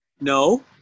No